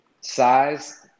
size